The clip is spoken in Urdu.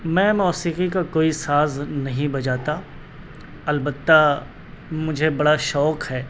میں موسیقی کا کوئی ساز نہیں بجاتا البتہ مجھے بڑا شوق ہے